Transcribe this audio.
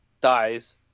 Dies